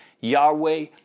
Yahweh